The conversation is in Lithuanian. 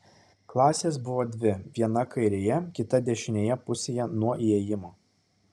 klasės buvo dvi viena kairėje kita dešinėje pusėje nuo įėjimo